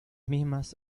mismas